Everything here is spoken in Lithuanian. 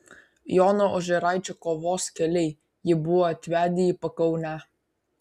jono ožeraičio kovos keliai jį buvo atvedę į pakaunę